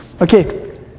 Okay